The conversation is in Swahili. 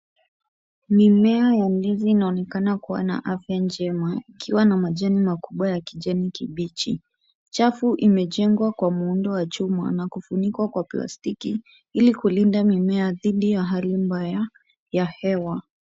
Mimea ya ndizi inaonekana kuwa na afya njema, ikiwa na majeni makubwa ya kijani kibichi. Chafu imejengwa kwa muundo wa chuma na kufunikwa kwa plastiki, ili kulinda mimea dhidi ya hali mbaya ya hewa.